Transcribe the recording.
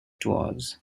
towards